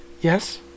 Yes